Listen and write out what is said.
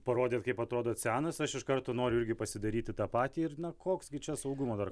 parodėt kaip atrodot senas aš iš karto noriu irgi pasidaryti tą patį ir na koks gi čia saugumo dar